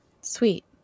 Sweet